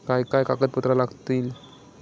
काय काय कागदपत्रा लागतील?